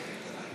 (קוראת בשמות חברי הכנסת)